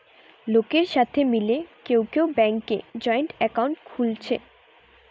লোকের সাথে মিলে কেউ কেউ ব্যাংকে জয়েন্ট একাউন্ট খুলছে